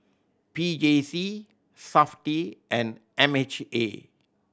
P J C Safti and M H A